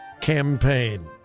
Campaign